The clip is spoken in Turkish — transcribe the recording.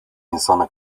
insanı